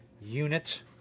unit